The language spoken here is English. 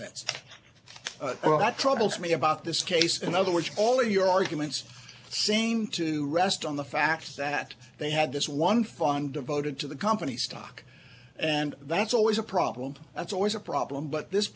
well that troubles me about this case in other words all of your arguments seem to rest on the fact that they had this one fund devoted to the company's stock and that's always a problem that's always a problem but this